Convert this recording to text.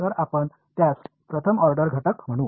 तर आपण यास प्रथम ऑर्डर घटक म्हणू